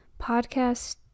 Podcast